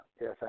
Yes